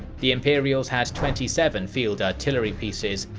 the imperials had twenty seven field artillery pieces,